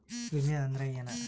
ವಿಮೆ ಅಂದ್ರೆ ಏನ?